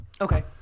Okay